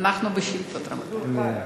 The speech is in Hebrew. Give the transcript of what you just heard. אנחנו בשאילתות, רבותי.